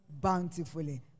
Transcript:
bountifully